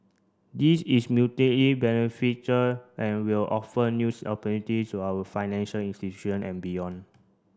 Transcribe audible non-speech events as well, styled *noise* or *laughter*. this is *unintelligible* beneficial and will offer news opportunities to our financial institution and beyond